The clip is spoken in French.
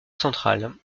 centrale